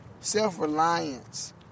self-reliance